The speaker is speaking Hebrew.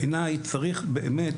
בעיני צריך באמת,